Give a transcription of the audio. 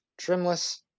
trimless